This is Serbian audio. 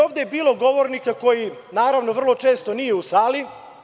Ovde je bilo govornika koji naravno vrlo često nije u sali.